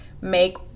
make